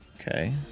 Okay